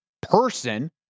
person